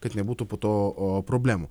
kad nebūtų po to o problemų